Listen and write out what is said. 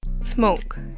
Smoke